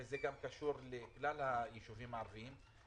וזה גם קשור לכלל הישובים הערביים,